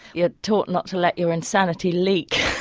you're taught not to let your insanity leak.